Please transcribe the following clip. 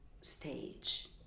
stage